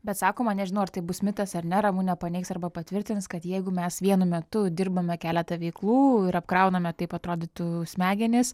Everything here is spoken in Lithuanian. bet sakoma nežinau ar tai bus mitas ar ne ramunė paneigs arba patvirtins kad jeigu mes vienu metu dirbame keletą veiklų ir apkrauname taip atrodytų smegenis